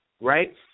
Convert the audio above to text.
right